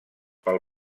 pel